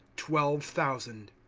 twelve thousand.